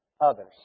others